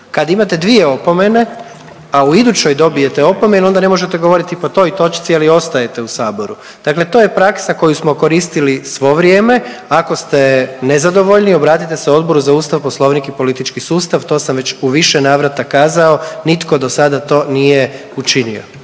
Kad imate dvije opomene, a u idućoj dobijete opomenu onda ne možete govoriti po toj točci ali ostaje u Saboru. Dakle, to je praksa koju smo koristili svo vrijeme. ako ste nezadovoljni obratite se Odboru za Ustav, poslovnik i politički sustav. To sam već u više navrata kazao. Nitko do sada to nije učinio.